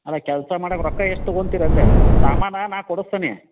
ಅಲ್ಲ ಕೆಲಸ ಮಾಡಕ್ಕೆ ರೊಕ್ಕ ಎಷ್ಟು ತೊಗೊಂತೀರ ಅಂದೆ ಸಾಮಾನು ನಾನು ಕೊಡಿಸ್ತೀನಿ